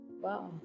Wow